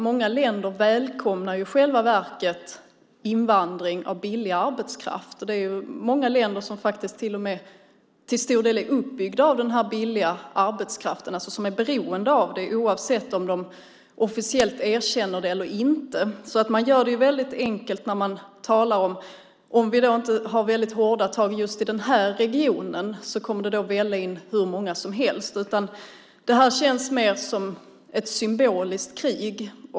Många länder välkomnar i själva verket invandring av billig arbetskraft, och många länder är till och med till stor del uppbyggda av den här billiga arbetskraften och är beroende av den oavsett om det officiellt erkänns eller inte. Man gör det väldigt enkelt för sig genom att säga att om vi inte har väldigt hårda tag i den här regionen kommer det att välla in hur många som helst. Det här känns i stället mer som ett symboliskt krig.